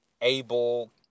able